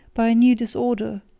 by a new disorder,